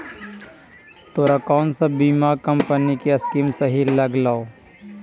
तोरा कौन सा बीमा कंपनी की स्कीम सही लागलो